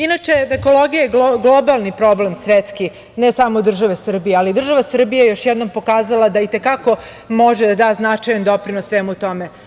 Inače, ekologija je globalni problem svetski, ne samo države Srbije, ali država Srbija je još jednom pokazala da i te kako može da da značajan doprinos svemu tome.